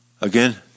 Again